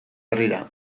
herrira